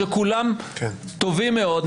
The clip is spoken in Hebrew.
שכולם טובים מאוד,